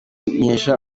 nkesha